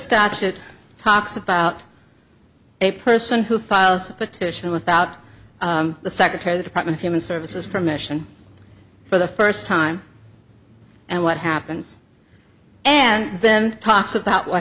statute talks about a person who files petition without the secretary the department of human services permission for the first time and what happens and then talks about what